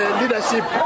leadership